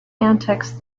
antics